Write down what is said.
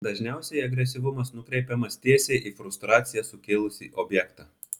dažniausiai agresyvumas nukreipiamas tiesiai į frustraciją sukėlusį objektą